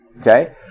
Okay